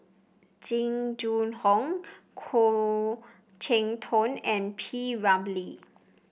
Jing Jun Hong Khoo Cheng Tiong and P Ramlee